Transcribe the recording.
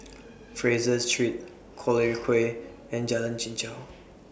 Fraser Street Collyer Quay and Jalan Chichau